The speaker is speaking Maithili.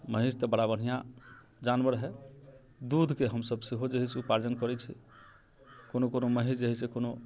महीस तऽ बड़ा बढ़िऑं जानवर है दूधके हम सभ सेहो जे है उपार्जन करै छी कोनो कोनो महीस जे है से कोनो